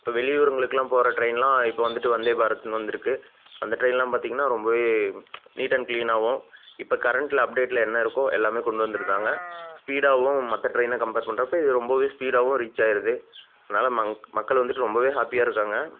இப்போ வெளியூருங்களுக்கெல்லாம் போகிற ட்ரெயினெல்லாம் இப்போ வந்துட்டு வந்தே பாரத்துன்னு வந்திருக்கு அந்த ட்ரெயினெல்லாம் பார்த்தீங்கன்னா ரொம்பவே நீட் அண்ட் க்ளீனாகவும் இப்போ கரண்ட்டில் அப்டேட்டில் என்ன இருக்கோ எல்லாமே கொண்டு வந்திருந்தாங்க ஸ்பீடாகவும் மற்ற ட்ரெயினை கம்பேர் பண்ணுறப்ப இது ரொம்பவே ஸ்பீடாகவும் ரீச் ஆகிருது அதனால் மங்க் மக்கள் வந்துட்டு ரொம்பவே ஹேப்பியாக இருக்காங்க